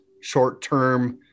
short-term